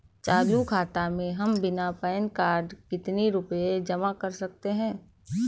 चालू खाता में हम बिना पैन कार्ड के कितनी रूपए जमा कर सकते हैं?